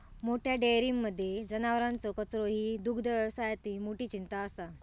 मोठ्या डेयरींमध्ये जनावरांचो कचरो ही दुग्धव्यवसायातली मोठी चिंता असा